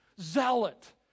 zealot